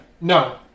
No